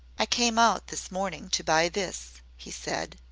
i came out this morning to buy this, he said.